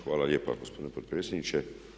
Hvala lijepa gospodine potpredsjedniče.